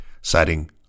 citing